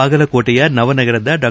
ಬಾಗಲಕೋಟೆಯ ನವನಗರದ ಡಾ